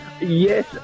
Yes